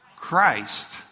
Christ